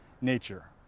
nature